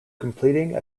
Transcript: completing